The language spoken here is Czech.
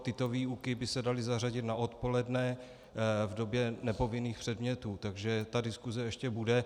Tyto výuky by se daly zařadit na odpoledne v době nepovinných předmětů, takže ta diskuse ještě bude.